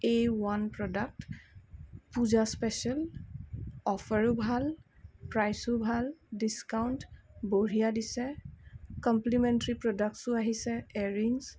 এ one product Puja special অফাৰো ভাল প্ৰাইচো ভাল ডিস্কাউণ্ট বঢ়িয়া দিছে কম্প্লিমেণ্টেৰী প্ৰডাক্টচো আহিছে ইয়াৰিংছ